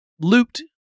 Looped